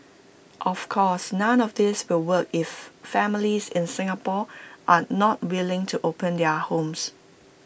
of course none of this will work if families in Singapore are not willing to open their homes